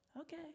Okay